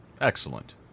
Excellent